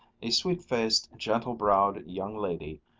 a sweet-faced, gentle-browed young lady,